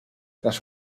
tras